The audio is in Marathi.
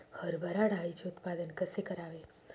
हरभरा डाळीचे उत्पादन कसे करावे?